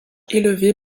élevé